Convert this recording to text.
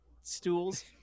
stools